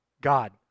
God